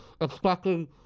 expecting